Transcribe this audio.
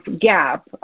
gap